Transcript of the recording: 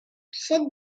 cette